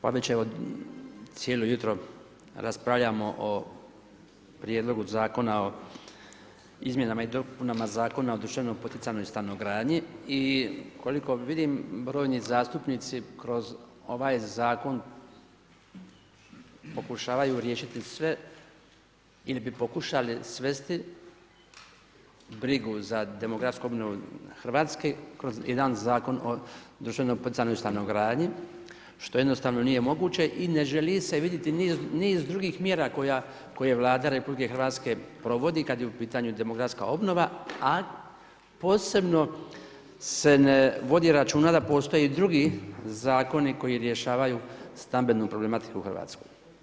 Pa već evo cijelo jutro raspravljamo o Prijedlogu zakona o izmjenama i dopunama Zakona o društveno poticajnoj stanogradnji i koliko vidim brojni zastupnici kroz ovaj zakon pokušavaju riješiti sve ili bi pokušali svesti brigu za demografsku obnovu Hrvatske kroz jedan Zakon o društveno poticajnoj stanogradnji što jednostavno nije moguće i ne želi se vidjeti niz drugih mjera koje Vlada Republike Hrvatske provodi kad je u pitanju demografska obnova, a posebno se ne vodi računa da postoje drugi zakoni koji rješavaju stambenu problematiku u Hrvatskoj.